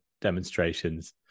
demonstrations